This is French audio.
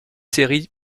séries